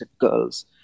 girls